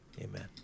Amen